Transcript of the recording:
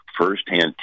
firsthand